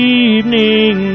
evening